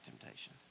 temptation